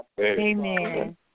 Amen